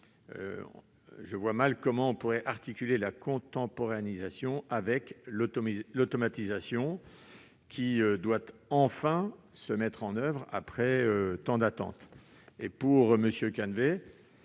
je vois mal comment on pourrait articuler la contemporanéisation avec l'automatisation, qui doit enfin être mise en oeuvre, après une si